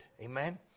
Amen